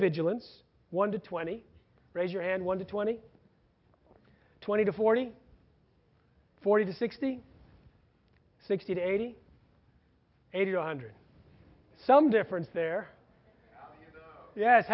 vigilance one to twenty raise your hand one to twenty twenty to forty forty to sixty sixty to eighty eighty one hundred some difference there yes